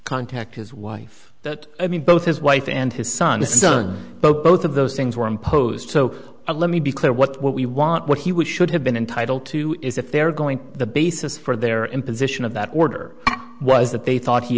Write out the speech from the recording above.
contact his wife that i mean both his wife and his son the son both of those things were imposed so let me be clear what we want what he would should have been entitled to is if they're going the basis for their imposition of that order was that they thought he